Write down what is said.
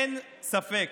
אין ספק